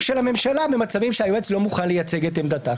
של הממשלה במצבים שהיועץ לא מוכן לייצג את עמדתה.